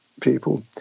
people